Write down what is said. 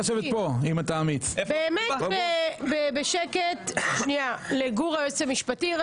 ישבתי בשקט והקשבתי לגור, היועץ המשפטי לוועדה.